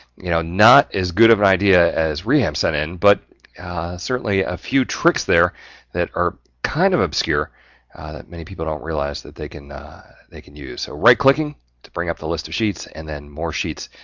you know, not as good of an idea as riham sent in, but certainly a few tricks there that are kind of obscure, that many people don't realize that they can they can use. so right-clicking to bring up the list of sheets and then more sheets,